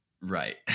Right